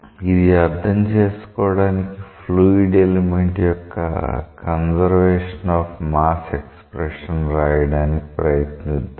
ఇది అర్థం చేసుకోవడానికి ఫ్లూయిడ్ ఎలిమెంట్ యొక్క కన్సర్వేషన్ ఆఫ్ మాస్ ఎక్స్ప్రెషన్ రాయడానికి ప్రయత్నిద్దాం